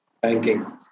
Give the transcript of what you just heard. banking